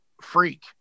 freak